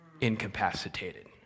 incapacitated